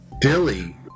Billy